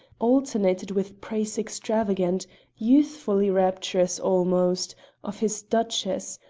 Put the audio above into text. alternated with praise extravagant youthfully rapturous almost of his duchess,